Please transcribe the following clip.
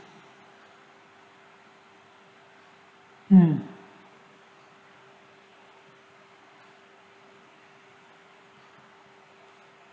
mm